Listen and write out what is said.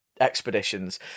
Expeditions